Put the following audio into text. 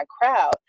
crowd